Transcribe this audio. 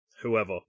whoever